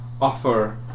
offer